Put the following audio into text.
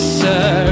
sir